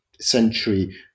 century